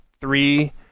three